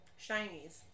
Shinies